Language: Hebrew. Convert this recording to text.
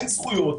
אין זכויות.